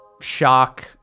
shock